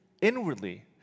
inwardly